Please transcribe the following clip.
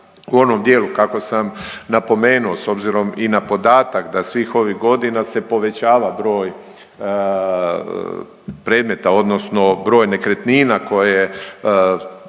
u onom dijelu kako sam napomenuo s obzirom i na podatak da svih ovih godina se povećava broj predmeta, odnosno broj nekretnina koje idu